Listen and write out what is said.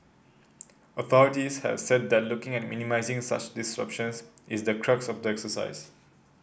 authorities have said that looking at minimising such disruptions is the crux of the exercise